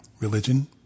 Religion